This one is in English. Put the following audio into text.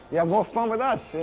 you have more fun with us,